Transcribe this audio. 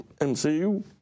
MCU